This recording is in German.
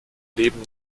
leben